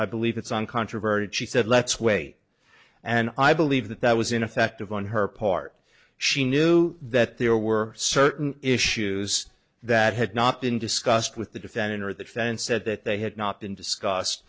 i believe it's uncontroverted she said let's wait and i believe that that was ineffective on her part she knew that there were certain issues that had not been discussed with the defendant or the defense said that they had not been discussed